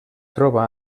troba